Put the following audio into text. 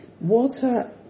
water